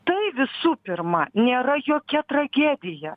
tai visų pirma nėra jokia tragedija